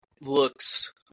looks